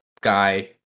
guy